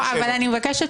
אני מבקשת ממך.